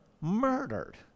murdered